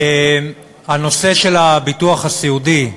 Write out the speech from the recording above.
הנושא של הביטוח הסיעודי,